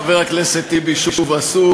חבר הכנסת טיבי שוב עסוק,